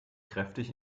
kräftig